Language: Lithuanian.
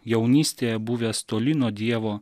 jaunystėje buvęs toli nuo dievo